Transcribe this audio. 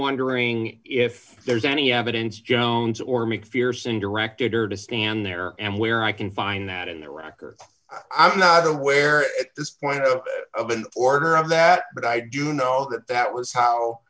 wondering if there's any evidence jones or macpherson directed her to stand there and where i can find that in the record i'm not aware at this point of an order of that but i do know that that was how